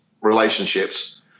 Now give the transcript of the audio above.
relationships